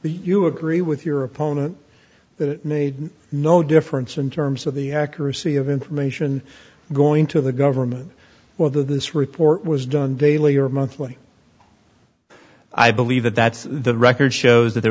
you agree with your opponent no difference in terms of the accuracy of information going to the government or this report was done daily or monthly i believe that that the record shows that there